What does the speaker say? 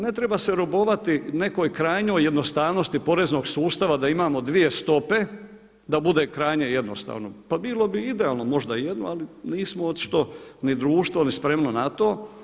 Ne treba se robovati nekoj krajnjoj jednostavnosti poreznog sustava da imamo 2 stope da bude krajnje jednostavno, pa bilo bi idealno možda jedno ali nismo očito ni društvo, ni spremno na to.